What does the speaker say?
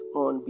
on